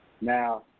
Now